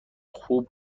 خوب